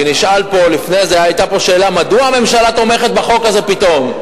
כי לפני זה היתה פה שאלה: מדוע הממשלה תומכת בזה פתאום?